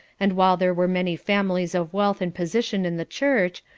and while there were many families of wealth and position in the church,